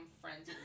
friends